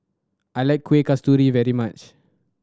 I like Kuih Kasturi very much